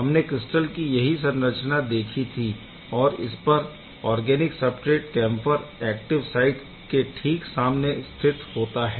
हमने क्रिस्टल की यही संरचना देखी थी और इसपर organic substrate camphor active site के ठीक सामने स्थित होता है